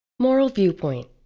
moral viewpoint.